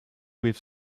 with